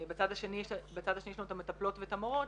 בצד השני יש לנו את המטפלות ואת המורות,